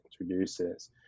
introduces